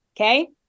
Okay